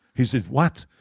he says, what?